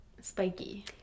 spiky